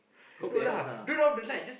hope that helps lah